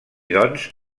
doncs